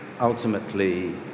ultimately